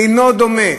אינו דומה